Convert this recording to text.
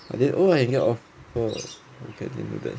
I didn't oh I can get offer okay didn't know